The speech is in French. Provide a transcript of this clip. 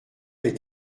est